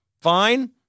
Fine